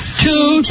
two